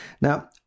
Now